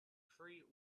free